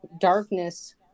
darkness